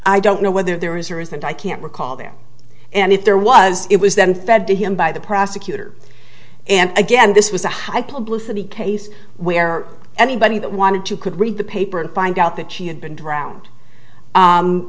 i don't know whether there is or isn't i can't recall there and if there was it was then fed to him by the prosecutor and again this was a high publicity case where anybody that wanted to could read the paper and find out that she had been drowned